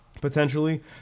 Potentially